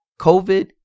COVID